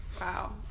wow